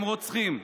הם רוצחים,